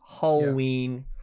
Halloween